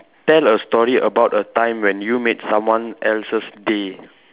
tell a story about a time when you made someone else's day